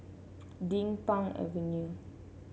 Din Pang Avenue